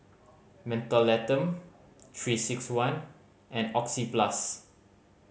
Mentholatum Three Six One and Oxyplus